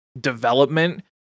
development